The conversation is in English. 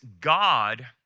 God